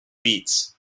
beats